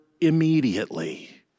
immediately